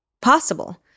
possible